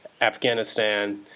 Afghanistan